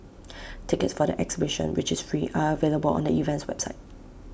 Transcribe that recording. tickets for the exhibition which is free are available on the event's website